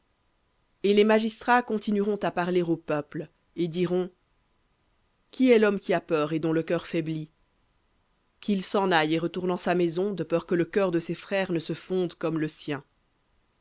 et les magistrats continueront à parler au peuple et diront qui est l'homme qui a peur et dont le cœur faiblit qu'il s'en aille et retourne en sa maison de peur que le cœur de ses frères ne se fonde comme le sien